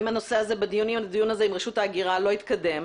אם הנושא הזה בדיון הזה עם רשות ההגירה לא יתקדם,